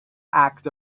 act